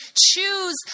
choose